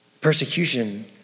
persecution